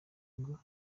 ngo